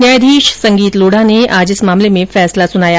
न्यायाधीश संगीत लोढा ने आज इस मामले में फैसला सुनाया